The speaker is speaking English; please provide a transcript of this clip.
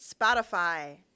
Spotify